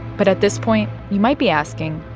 but at this point, you might be asking,